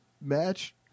match